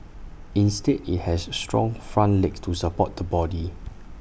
instead IT has strong front legs to support the body